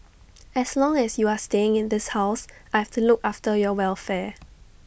as long as you are staying in this house I've to look after your welfare